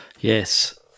Yes